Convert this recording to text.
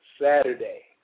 Saturday